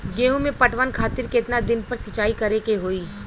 गेहूं में पटवन खातिर केतना दिन पर सिंचाई करें के होई?